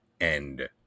end